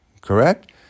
correct